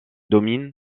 domine